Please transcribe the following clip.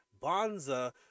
bonza